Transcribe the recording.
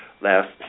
last